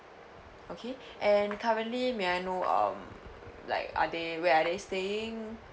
okay and currently may I know um like are they where are they staying